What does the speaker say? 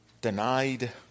denied